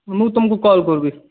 ମୁଁ ତମକୁ କଲ୍ କରିବି